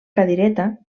cadireta